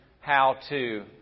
how-to